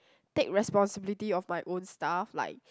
take responsibility of my own stuff like